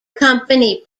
company